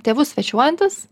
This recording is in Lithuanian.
tėvus svečiuojantis